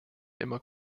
immer